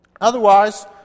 Otherwise